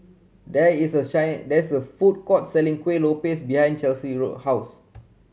there is a shine there is a food court selling Kuih Lopes behind Chelsie road house